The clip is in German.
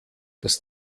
das